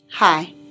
Hi